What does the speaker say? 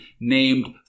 named